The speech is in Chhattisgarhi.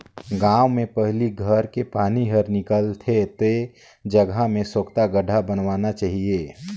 गांव में पहली घर के पानी हर निकल थे ते जगह में सोख्ता गड्ढ़ा बनवाना चाहिए